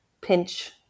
pinch